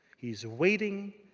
he's waiting.